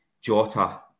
Jota